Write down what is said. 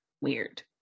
weird